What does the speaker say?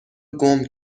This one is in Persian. گـم